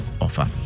offer